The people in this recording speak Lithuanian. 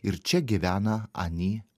ir čia gyvena ani